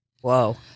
Whoa